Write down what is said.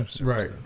Right